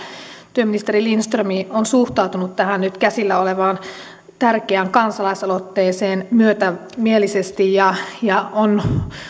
työministeri lindström on suhtautunut tähän nyt käsillä olevaan tärkeään kansalaisaloitteeseen myötämielisesti ja ja on